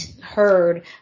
heard